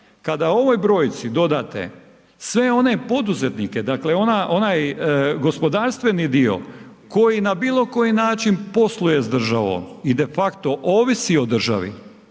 kada ovoj brojci dodate sve one poduzetnike, dakle onaj gospodarstveni dio koji na bilokoji način posluje s državom i de facto ovisi o državi